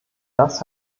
das